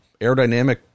aerodynamic